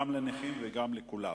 גם לנכים וגם לכולם.